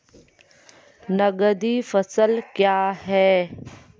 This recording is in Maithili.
नगदी फसल क्या हैं?